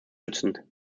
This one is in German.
unterstützen